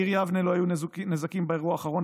בעיר יבנה לא היו נזקים באירוע האחרון,